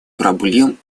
проблем